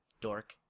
dork